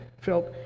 felt